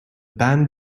band